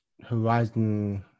horizon